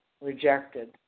Rejected